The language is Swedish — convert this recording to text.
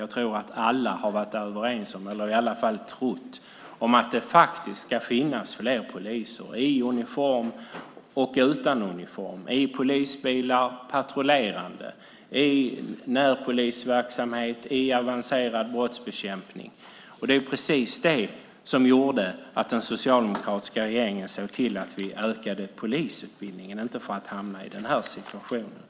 Jag tror att alla har varit överens om, eller i alla fall trott, att det faktiskt ska finnas fler poliser i uniform, utan uniform, patrullerande i polisbilar, i närpolisverksamhet och i avancerad brottsbekämpning. Det var precis det som gjorde att den socialdemokratiska regeringen såg till att vi ökade polisutbildningen. Det gjorde man inte för att hamna i den här situationen.